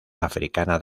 africana